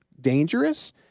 dangerous